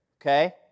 okay